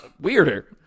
weirder